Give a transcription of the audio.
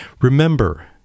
Remember